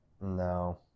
No